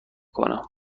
کنم